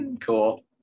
cool